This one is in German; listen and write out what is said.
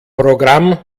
programm